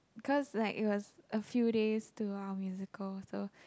cause like it was a few days to our musical so